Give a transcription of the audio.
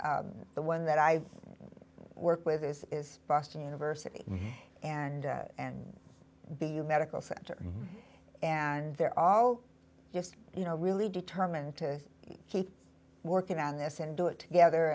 the one that i work with this is boston university and be a medical center and they're all just you know really determined to keep working on this and do it together